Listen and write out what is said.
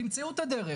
תמצאו את הדרך.